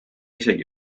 isegi